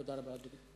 תודה רבה, אדוני.